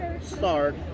start